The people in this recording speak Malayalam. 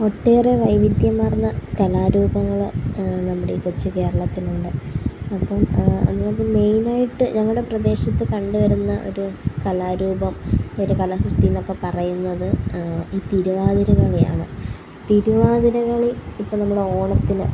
ഒട്ടേറെ വൈവിധ്യമാർന്ന കലാ രൂപങ്ങള് നമ്മുടെ ഈ കൊച്ച് കേരളത്തിലുണ്ട് അപ്പം അതിലൊരു മെയ്നായിട്ട് ഞങ്ങളുടെ പ്രദേശത്ത് കണ്ട് വരുന്ന ഒരു കലാ രൂപം ഒര് കലാസൃഷ്ടിയെന്ന് ഒക്കെ പറയുന്നത് ഈ തിരുവാതിര കളിയാണ് തിരുവാതിര കളി ഇപ്പം നമ്മുടെ ഓണത്തിന്